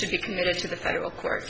to be committed to the federal court